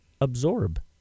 absorb